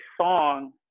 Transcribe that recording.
song